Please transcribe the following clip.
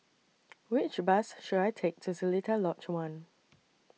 Which Bus should I Take to Seletar Lodge one